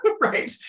right